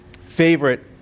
favorite